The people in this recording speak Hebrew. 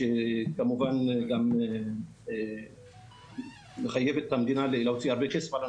וכמובן שגם זה משהו שמאלץ את המדינה להוציא הרבה כסף.